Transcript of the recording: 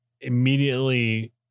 immediately